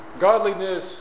godliness